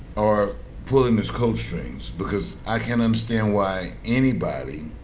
are pulling his coat strings because i can't understand why anybody